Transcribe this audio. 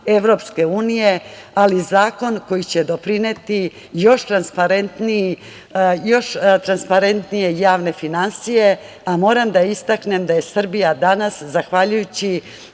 tekovinama EU, ali zakon koji će doprineti još transparentnije javne finansije. Moram da istaknem da je Srbija danas zahvaljujući